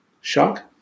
shock